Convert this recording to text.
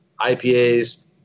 IPAs